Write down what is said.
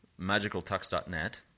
MagicalTux.net